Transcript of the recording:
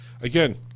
Again